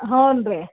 ಹ್ಞೂ ರೀ